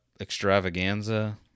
extravaganza